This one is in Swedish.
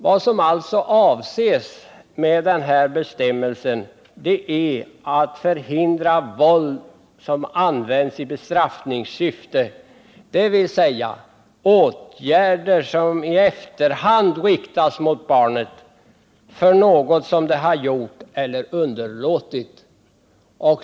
Vad som alltså avses med denna bestämmelse är att förhindra våld som används i bestraffningssyfte, dvs. åtgärd som i efterhand riktas mot barnet för något som det har gjort eller underlåtit att göra.